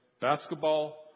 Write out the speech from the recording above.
basketball